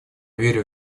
верю